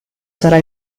sarà